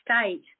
state